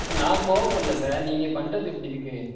sir நான் கோபப்படல sir நீங்கள் பண்ணுறது அப்படி இருக்கு